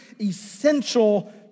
essential